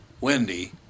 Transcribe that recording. Wendy